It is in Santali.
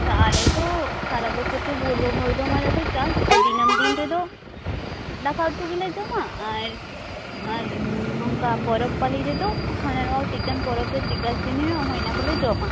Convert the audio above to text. ᱟᱪᱪᱷᱟ ᱟᱞᱮᱛᱚ ᱥᱟᱨᱟ ᱵᱚᱪᱷᱚᱨ ᱜᱮ ᱯᱩᱨᱵᱚᱵᱚᱨᱫᱷᱚᱢᱟᱱ ᱨᱮᱫᱚ ᱪᱟᱥ ᱛᱚ ᱫᱤᱱᱟ ᱢ ᱫᱤᱱ ᱨᱮᱫᱚ ᱫᱟᱠᱟ ᱩᱛᱩ ᱜᱮᱞᱮ ᱡᱚᱢᱟ ᱟᱨ ᱟᱨ ᱱᱚᱝᱠᱟ ᱯᱚᱨᱚᱵᱽ ᱯᱟ ᱞᱤᱨᱮᱫᱚ ᱦᱟᱱᱟᱱᱚᱣᱟ ᱪᱮᱫᱞᱮᱠᱟᱱ ᱯᱚᱨᱚᱵᱽ ᱨᱮ ᱪᱮᱫᱞᱮᱠᱟᱱ ᱤᱥᱤᱱ ᱦᱩᱭᱩᱜᱼᱟ ᱚᱱᱟᱠᱚᱞᱮ ᱡᱚᱢᱟ